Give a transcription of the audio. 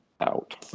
out